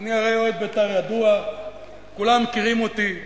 אני הרי אוהד בית"ר ידוע, כולם מכירים אותי.